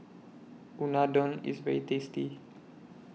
Unadon IS very tasty